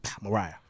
Mariah